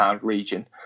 region